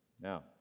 Now